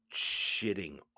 shitting